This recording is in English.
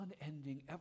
Unending